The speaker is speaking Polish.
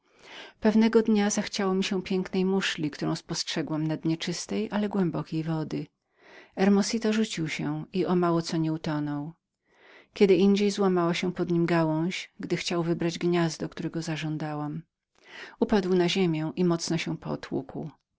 pewnego dnia zachciało mi się pięknej muszli którą spostrzegłam na dnie czystej ale głębokiej wody hermosito rzucił się i zaledwie nie utonął drugiego razu złamała się pod nim gałęź gdy chciał wybrać gniazdo którego żądałam upadł na ziemię i mocno się